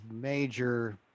major